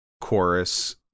chorus